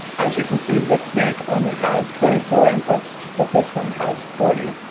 as you can see this snake only has twenty-four inputs, but this one has forty.